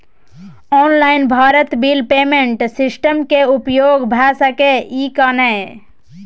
Online Bharat bill payment system के उपयोग भ सके इ की नय?